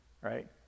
right